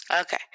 Okay